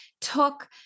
took